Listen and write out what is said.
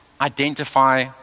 identify